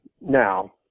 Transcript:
now